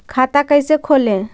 खाता कैसे खोले?